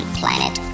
planet